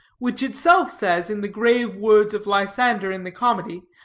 which itself says, in the grave words of lysander in the comedy,